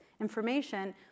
information